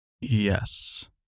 Yes